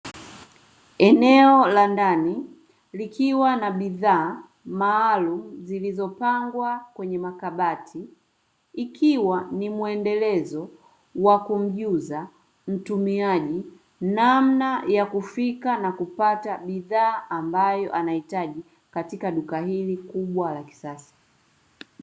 Eneo la ndani likiwa na bidhaa maalumu zilizopangwa kwenye makabati, ikiwa ni muendelezo wa kumjuza mtumiaji namna ya kufika na kupata bidhaa ambayo anahitaji katika duka hili kubwa la kisasa.